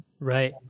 right